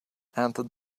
answered